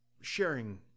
sharing